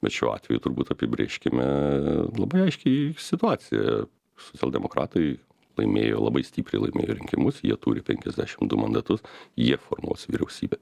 bet šiuo atveju turbūt apibrėžkime labai aiškiai situaciją socialdemokratai laimėjo labai stipriai laimėjo rinkimus jie turi penkiasdešim du mandatus jie formuos vyriausybę